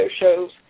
shows